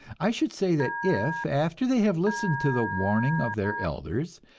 i should say that if, after they have listened to the warning of their elders,